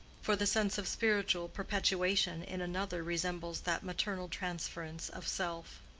for the sense of spiritual perpetuation in another resembles that maternal transference of self.